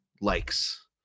likes